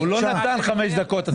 הוא לא נתן חמש דקות.